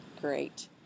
Great